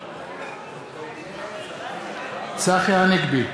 נגד צחי הנגבי,